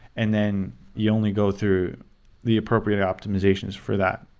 and then you only go through the appropriate optimizations for that.